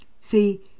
See